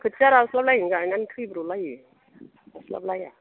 खोथिया रास्लाबलायै गायनानै थैब्र'लायो हास्लाबलाया